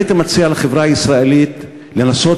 אני הייתי מציע לחברה הישראלית לנסות,